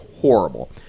horrible